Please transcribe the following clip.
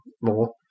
more